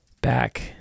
back